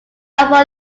follow